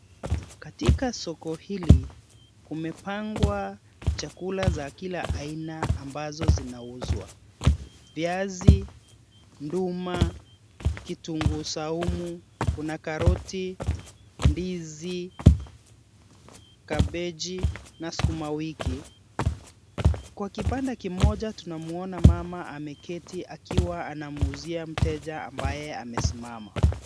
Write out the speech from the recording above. Katika soko hili, kimepangwa chakula cha kila aina ambacho kinauzwa. Viazi, nduma, kitunguu saumu, kuna karoti, ndizi, kabichi, na sukuma wiki. Kwenye kipanda kimoja, tunamuona mama ameketi akiwa anauzia mteja ambaye amesimama.